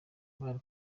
bari